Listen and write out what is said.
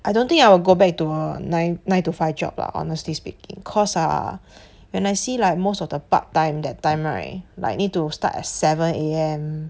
I don't think I will go back to nine nine to five job lah honestly speaking causse ah when I see like most of the part time that time right like need to start at seven A_M